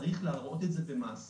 צריך להראות את זה במעשים,